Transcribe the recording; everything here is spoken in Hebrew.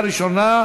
בעד.